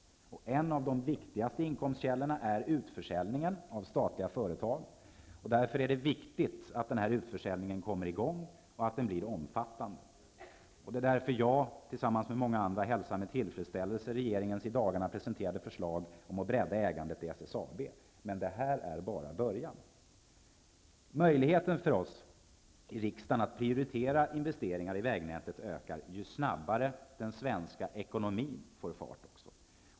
En av de viktigaste inkomstkällorna är utförsäljningen av statliga företag. Därför är det viktigt att utförsäljningen kommer i gång och att den blir omfattande. Jag och många andra hälsar med tillfredsställelse regeringens i dagarna presenterade förslag om att bredda ägandet i SSAB. Men det är bara början. Möjligheten för oss i riksdagen att prioritera investeringar i vägnätet ökar ju snabbare den svenska ekonomin får fart.